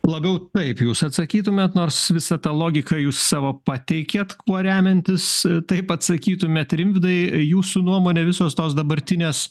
labiau taip jūs atsakytumėt nors visą tą logiką jūs savo pateikėt kuo remiantis taip atsakytumėt rimvydai jūsų nuomone visos tos dabartinės